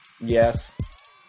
Yes